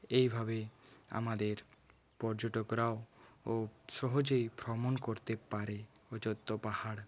এইভাবে আমাদের পর্যটকরাও ও সহজেই ভ্রমণ করতে পারে অযোধ্যা পাহাড়